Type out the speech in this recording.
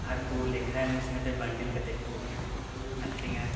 ᱟᱨ ᱠᱚ ᱞᱮᱠᱷᱟᱭᱟ ᱢᱤᱫ ᱥᱚᱸᱜᱮᱛᱮ ᱵᱟᱱᱰᱤᱞ ᱠᱟᱛᱮᱫ ᱠᱚ ᱟᱠᱷᱨᱤᱧᱟ